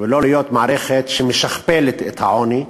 ולא להיות מערכת שמשכפלת את העוני,